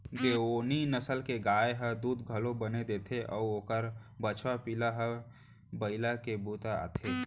देओनी नसल के गाय ह दूद घलौ बने देथे अउ ओकर बछवा पिला ह बइला के बूता आथे